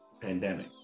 pandemic